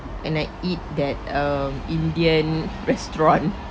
and I eat that um indian restaurant